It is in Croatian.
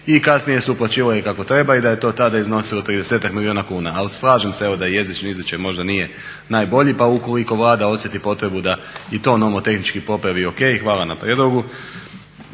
i kasnije su uplaćivale kako treba i da je to tada iznosilo 30-ak milijuna kuna. Ali slažem se evo da jezični izričaj možda nije najbolji pa ukoliko Vlada osjeti potrebu da i to nomotehnički popravi ok, hvala na prijedlogu.